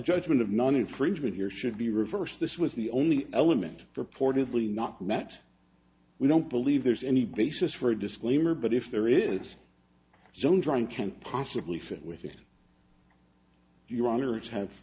judgment of non infringement here should be reversed this was the only element purportedly not that we don't believe there's any basis for a disclaimer but if there is some drawing can't possibly fit within your honor as have